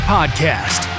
Podcast